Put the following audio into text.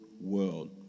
world